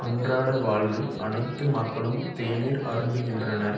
அன்றாட வாழ்வில் அனைத்து மக்களும் தேநீர் அருந்துகின்றனர்